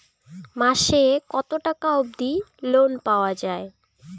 মাসে কত টাকা অবধি লোন পাওয়া য়ায়?